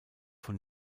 von